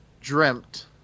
dreamt